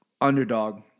underdog